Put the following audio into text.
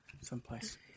someplace